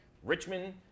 Richmond